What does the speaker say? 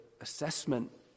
assessment